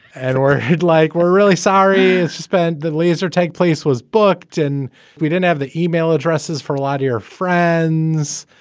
and he'd like we're really sorry. suspend the laser tag place was booked and we didn't have the email addresses for a lot of your friends.